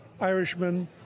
Irishman